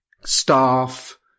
staff